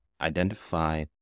identify